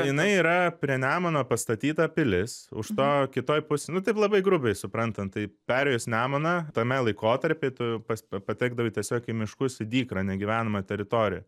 jinai yra prie nemuno pastatyta pilis už to kitoj pusėj nu taip labai grubiai suprantant tai perėjus nemuną tame laikotarpy tu patekdavai tiesiog į miškus į dykrą negyvenamą teritoriją